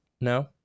no